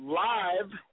live